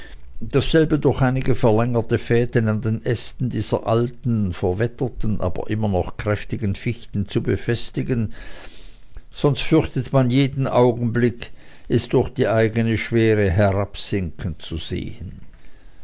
dasselbe durch einige verlängerte fäden an den ästen dieser alten verwetterten aber immer noch kräftigen fichten zu befestigen sonst fürchtet man jeden augenblick es durch seine eigene schwere herabsinken zu sehen